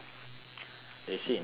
they sit in a circle and talk